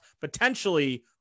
potentially